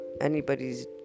anybody's